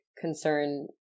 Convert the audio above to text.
concern